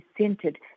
centered